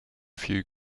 few